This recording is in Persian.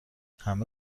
همه